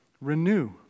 Renew